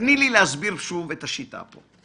תני לי להסביר שוב את השיטה פה.